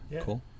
cool